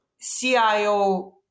CIO